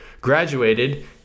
graduated